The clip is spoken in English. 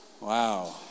Wow